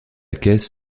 caisse